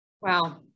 Wow